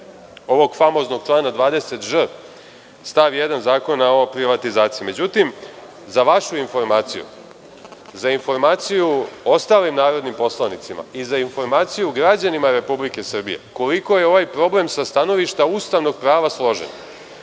ovog famoznog člana 20ž stav 1. Zakona o privatizaciji.Međutim, za vašu informaciju, za informaciju ostalim narodnim poslanicima i za informaciju građanima Republike Srbije, koliko je ovaj problem sa stanovišta ustavnog prava složen.